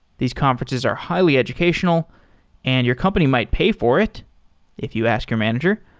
these conferences are highly educational and your company might pay for it if you ask your manager.